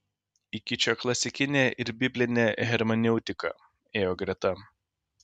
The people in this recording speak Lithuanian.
iki čia klasikinė ir biblinė hermeneutika ėjo greta